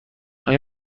آیا